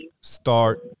start